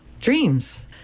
dreams